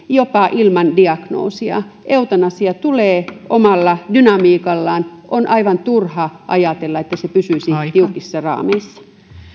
jopa ilman diagnoosia eutanasia tulee omalla dynamiikallaan on aivan turha ajatella että se pysyisi tiukoissa raameissa ja